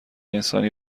انسانی